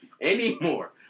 anymore